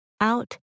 out